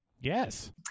Yes